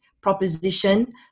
proposition